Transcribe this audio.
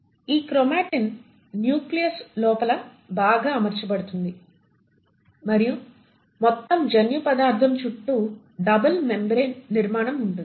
ఈ chromatin nucleus లోపల బాగా అమర్చబడుతుంది మరియు మొత్తం జన్యు పదార్ధం చుట్టూ డబుల్ మెమ్బ్రేన్ నిర్మాణంఉంటుంది